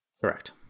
Correct